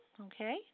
Okay